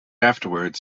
afterwards